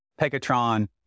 Pegatron